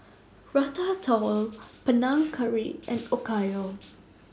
Ratatouille Panang Curry and Okayu